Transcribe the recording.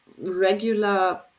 Regular